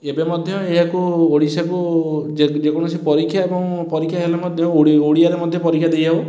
ଏବେ ମଧ୍ୟ ଏହାକୁ ଓଡ଼ିଶାକୁ ଯେ ଯେକୌଣସି ପରୀକ୍ଷା ଏବଂ ପରୀକ୍ଷା ହେଲେ ମଧ୍ୟ ଓଡ଼ି ଓଡ଼ିଆରେ ମଧ୍ୟ ପରୀକ୍ଷା ଦେଇ ହେବ